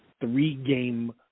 three-game